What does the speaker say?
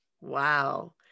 Wow